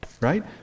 Right